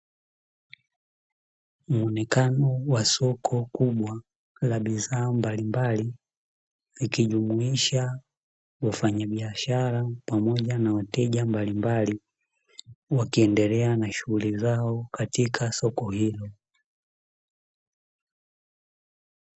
Muonekano wa soko kubwa la bidhaa mbalimbali, likijumuisha wafanyabiashara pamoja na wateja mbalimbali wakiendelea na shughuli zao, katika somo hilo.